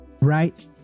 right